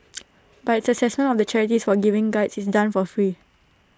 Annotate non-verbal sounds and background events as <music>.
<noise> but its Assessment of the charities for giving Guides is done for free